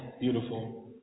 beautiful